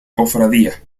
cofradía